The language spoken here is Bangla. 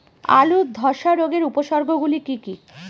আলুর ধ্বসা রোগের উপসর্গগুলি কি কি?